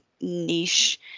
niche